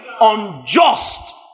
unjust